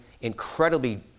incredibly